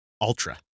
Ultra